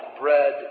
bread